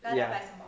ya